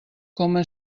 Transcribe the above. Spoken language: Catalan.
coma